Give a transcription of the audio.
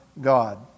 God